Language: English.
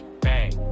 bang